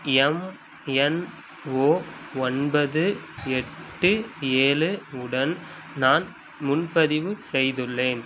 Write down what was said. MNO ஒன்பது எட்டு ஏழு உடன் நான் முன்பதிவு செய்துள்ளேன்